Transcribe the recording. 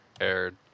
aired